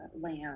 land